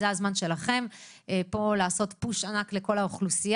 זה הזמן שלכם לעשות פה פוש ענק לכל האוכלוסייה,